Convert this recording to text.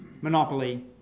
Monopoly